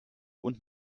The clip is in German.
und